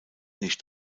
nicht